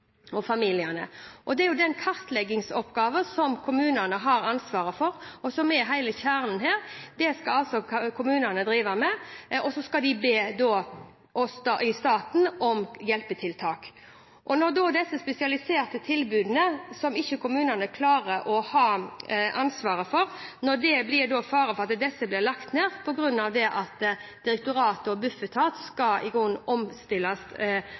Det er jo den kartleggingsoppgaven kommunene har ansvaret for, og som er hele kjernen her. Det skal altså kommunene drive med, og så skal de be oss i staten om hjelpetiltak. Når det blir fare for at disse spesialiserte tilbudene som kommunene ikke klarer å ha ansvaret for, blir lagt ned på grunn av at direktoratet og Bufetat skal omstilles og spare penger – som et samlet storting har gitt beskjed om at direktoratet skal sette i